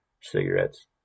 cigarettes